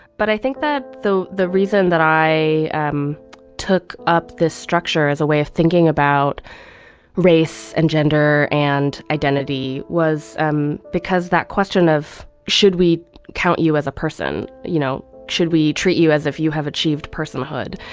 but i think that the the reason that i um took up this structure as a way of thinking about race and gender and identity was um because that question of should we count you as a person, you know, should we treat you as if you have achieved personhood?